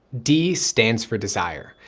d stands for desire.